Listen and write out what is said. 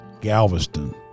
Galveston